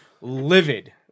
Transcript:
livid